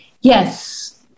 Yes